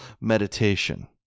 meditation